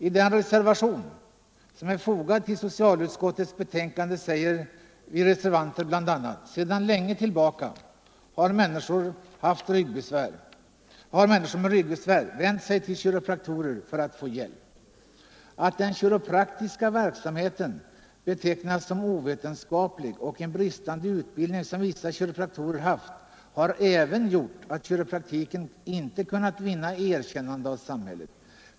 I den reservation som är fogad till socialutskottets betänkande säger vi reservanter bl.a.: ”Sedan länge tillbaka har människor vid ryggbesvär m.m. vänt sig till kiropraktorer för att få hjälp. Att den kiropraktiska verksamheten betecknats som ovetenskaplig och den bristande utbildning som vissa kiropraktorer haft har dock gjort att kiropraktiken inte kunnat vinna erkännande av samhället.